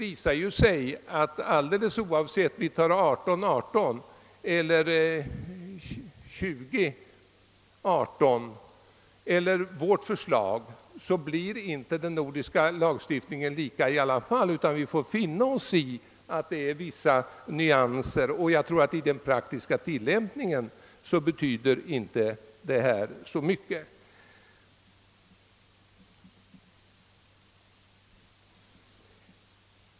Men alldeles oavsett om vi har siffrorna 18—18, 20—18 eller om vi tar vårt förslag, blir den nordiska lagstiftningen inte lika i alla fall, utan vi får finna oss i vissa differenser. Jag tror dock att dessa små skillnader vid den praktiska tillämpningen inte betyder så mycket.